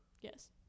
Yes